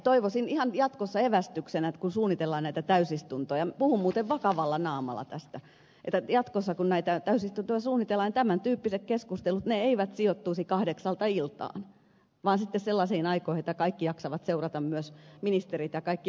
toivoisin jatkossa ihan evästyksenä kun suunnitellaan näitä täysistuntoja puhun muuten vakavalla naamalla tästä että tämän tyyppiset keskustelut eivät sijoittuisi iltakahdeksaan vaan sellaiseen aikaan että kaikki jaksavat seurata myös ministerit ja kaikki muutkin